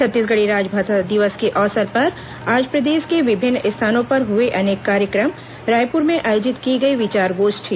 छत्तीसगढ़ी राजभाषा दिवस के अवसर पर आज प्रदेश के विभिन्न स्थानों पर हुए अनेक कार्यक्रम रायपुर में आयोजित की गई विचार गोष्ठी